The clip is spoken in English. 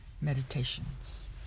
meditations